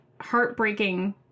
heartbreaking